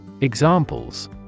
Examples